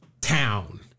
town